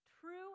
True